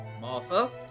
Martha